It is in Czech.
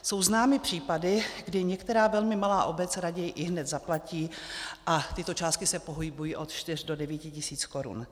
Jsou známy případy, kdy některá velmi malá obec raději ihned zaplatí a tyto částky se pohybují od 4 do 9 tisíc korun.